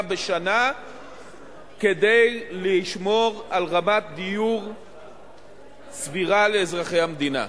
בשנה כדי לשמור על רמת דיור סבירה לאזרחי המדינה.